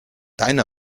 deine